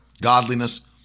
godliness